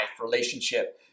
relationship